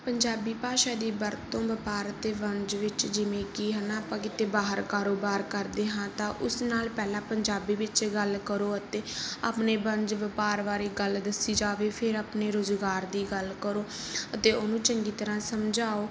ਪੰਜਾਬੀ ਭਾਸ਼ਾ ਦੀ ਵਰਤੋਂ ਵਪਾਰ ਅਤੇ ਵਣਜ ਵਿੱਚ ਜਿਵੇਂ ਕਿ ਹੈ ਨਾ ਆਪਾਂ ਕਿਤੇ ਬਾਹਰ ਕਾਰੋਬਾਰ ਕਰਦੇ ਹਾਂ ਤਾਂ ਉਸ ਨਾਲ ਪਹਿਲਾਂ ਪੰਜਾਬੀ ਵਿੱਚ ਗੱਲ ਕਰੋ ਅਤੇ ਆਪਣੇ ਵਣਜ ਵਪਾਰ ਬਾਰੇ ਗੱਲ ਦੱਸੀ ਜਾਵੇ ਫਿਰ ਆਪਣੇ ਰੁਜ਼ਗਾਰ ਦੀ ਗੱਲ ਕਰੋ ਅਤੇ ਉਹਨੂੰ ਚੰਗੀ ਤਰ੍ਹਾਂ ਸਮਝਾਓ